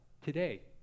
today